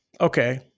okay